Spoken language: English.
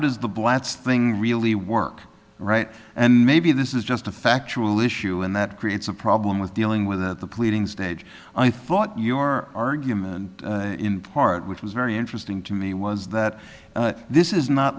blatz thing really work right and maybe this is just a factual issue and that creates a problem with dealing with the pleading stage i thought your argument in part which was very interesting to me was that this is not